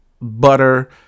butter